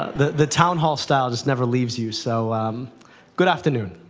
the the town hall style just never leaves you, so good afternoon.